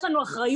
יש עלינו אחריות.